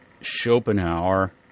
Schopenhauer